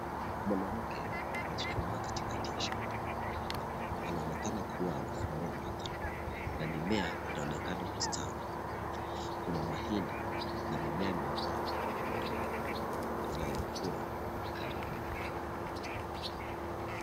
Mwanamke amechuchumaa katikati ya shamba ,anaonekana kua anafurahia sana na mimea inaonekana kustawi ,Kuna mahindi na mimea mingine inayokua karibu.